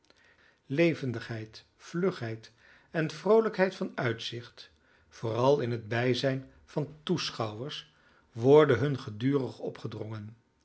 levendigheid vlugheid en vroolijkheid van uitzicht vooral in het bijzijn van toeschouwers worden hun gedurig opgedrongen